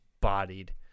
bodied